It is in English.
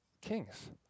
kings